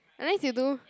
unless you do